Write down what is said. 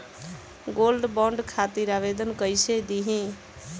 Gold bond खातिर आवेदन कैसे दिही?